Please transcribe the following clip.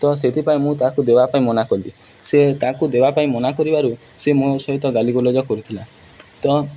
ତ ସେଥିପାଇଁ ମୁଁ ତାକୁ ଦେବା ପାଇଁ ମନା କଲି ସେ ତାକୁ ଦେବା ପାଇଁ ମନା କରିବାରୁ ସେ ମୋ ସହିତ ଗାଲିଗୋଲଜ କରୁଥିଲା ତ